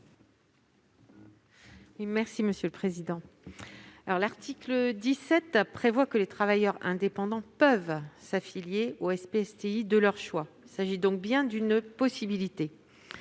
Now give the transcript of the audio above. de la commission ? L'article 17 précise que les travailleurs indépendants « peuvent » s'affilier au SPSTI de leur choix. Il s'agit donc bien d'une possibilité.